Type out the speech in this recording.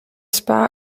spa